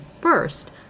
first